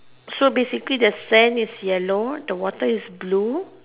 so basically the sand is yellow the water is blue